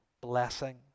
blessing